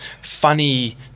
funny